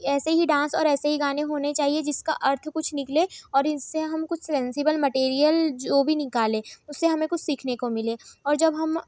ऐसे ही डांस और ऐसे ही गाने होने चाहिए जिसका अर्थ कुछ निकले और जिससे हम कुछ सेंसिबल मटेरियल जो भी निकालें उससे हमें कुछ सीखने को मिले और जब हम